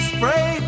Spray